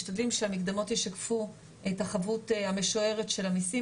משתדלים שהמקדמות ישקפו את החבות המשוערת של המיסים